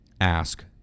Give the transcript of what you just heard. ask